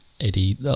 Eddie